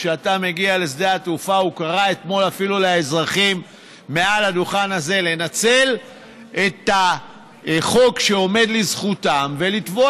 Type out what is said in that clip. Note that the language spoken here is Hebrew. קרא אתמול לאזרחים מעל הדוכן הזה לנצל את החוק שעומד לזכותם ולתבוע